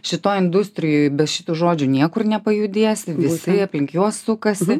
šitoj industrijoj be šitų žodžių niekur nepajudėsi visi aplink juos sukasi